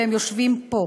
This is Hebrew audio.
והם יושבים פה.